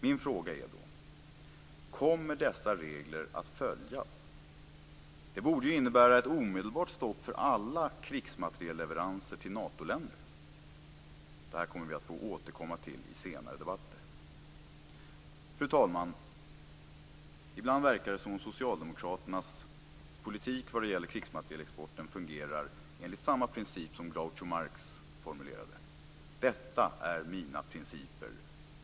Min fråga är då: Kommer dessa regler att följas? Det borde innebära ett omedelbart stopp för alla krigsmaterielleveranser till Natoländer. Det här återkommer vi till i senare debatter. Fru talman! Ibland verkar det som om socialdemokraternas politik vad gäller krigsmaterielexporten fungerar enligt samma princip som Groucho Marx formulerade: Detta är mina principer.